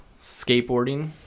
skateboarding